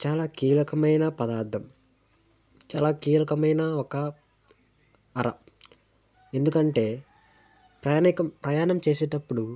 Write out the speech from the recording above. చాలా కీలకమైన పదార్థం చాలా కీలకమైన ఒక అర ఎందుకంటే ప్రయాణికం ప్రయాణం చేసేటప్పుడు